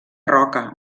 roca